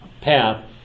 path